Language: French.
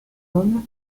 homme